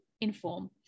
inform